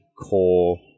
core